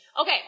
Okay